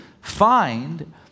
find